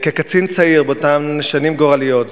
כקצין צעיר באותן שנים גורליות,